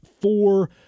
four